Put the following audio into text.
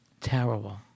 Terrible